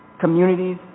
communities